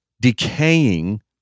decaying